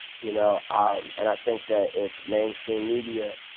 you know um and i think that if mainstream media